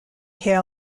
hair